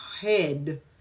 head